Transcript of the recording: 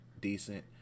decent